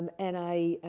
and and i,